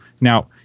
now